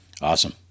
Awesome